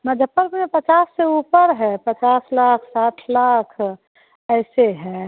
मुजफ्फ़रपुर में पचास से ऊपर है पचास लाख साठ लाख ऐसे है